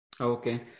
Okay